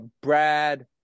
Brad